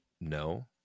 No